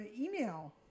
email